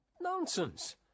Nonsense